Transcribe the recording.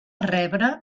rebre